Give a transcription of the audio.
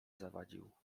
zawadził